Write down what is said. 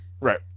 Right